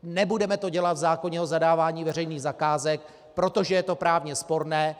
Nebudeme to dělat v zákoně o zadávání veřejných zakázek, protože je to právně sporné.